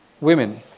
women